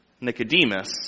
Nicodemus